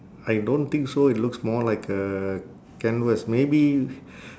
I don't think so it looks more like a canvas maybe